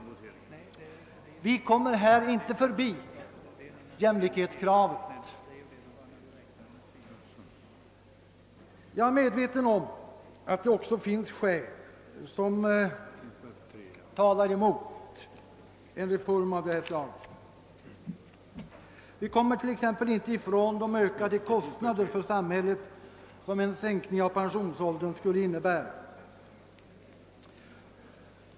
Vi kommer här inte förbi jämlikhetskravet. Jag är medveten om att det också finns skäl som talar emot en reform av det här slaget. Vi kommer till exempel inte ifrån de ökade kostnader för samhället som en sänkning av pensionsåldern skulle innebära.